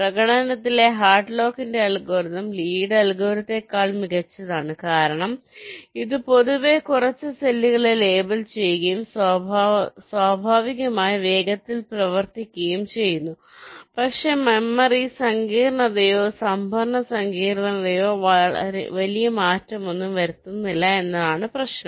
പ്രകടനത്തിലെ ഹാഡ്ലോക്കിന്റെ അൽഗോരിതംHadlock's algorithm ലീയുടെ അൽഗോരിതത്തേക്കാൾLee's algorithm മികച്ചതാണ് കാരണം ഇത് പൊതുവെ കുറച്ച് സെല്ലുകളെ ലേബൽ ചെയ്യുകയും സ്വാഭാവികമായി വേഗത്തിൽ പ്രവർത്തിക്കുകയും ചെയ്യുന്നു പക്ഷേ മെമ്മറി സങ്കീർണ്ണതയോ സംഭരണ സങ്കീർണ്ണതയോ വലിയ മാറ്റമൊന്നും വരുത്തുന്നില്ല എന്നതാണ് പ്രശ്നം